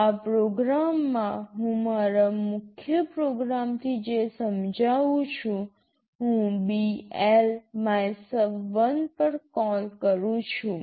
આ પ્રોગ્રામમાં હું મારા મુખ્ય પ્રોગ્રામથી જે સમજાવું છું હું BL MYSUB1 પર કોલ કરું છું